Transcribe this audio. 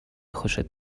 خوشت